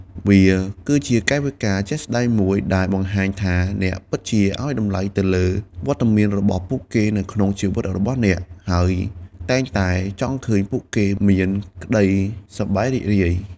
វាគឺជាកាយវិការជាក់ស្ដែងមួយដែលបង្ហាញថាអ្នកពិតជាឲ្យតម្លៃទៅលើវត្តមានរបស់ពួកគេនៅក្នុងជីវិតរបស់អ្នក ហើយតែងតែចង់ឃើញពួកគេមានក្ដីសប្បាយរីករាយ។